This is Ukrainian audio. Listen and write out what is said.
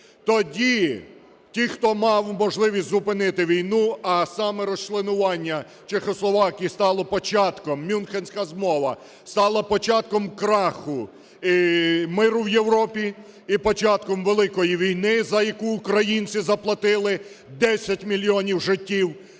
Тоді ті, хто мав можливість зупинити війну, а саме розчленування Чехословакії стало початком, Мюнхенська змова стала початком краху миру в Європі і початком великої війни, за яку українці заплатили 10 мільйонів життів